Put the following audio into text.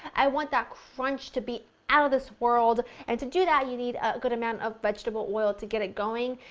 i want that crunch to be out of this world. and to do that, you need a good amount of vegetable oil to get it going.